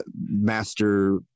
master